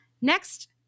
next